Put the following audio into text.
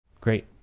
great